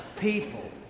people